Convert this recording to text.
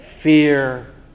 Fear